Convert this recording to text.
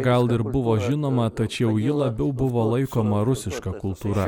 gal ir buvo žinoma tačiau ji labiau buvo laikoma rusiška kultūra